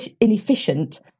inefficient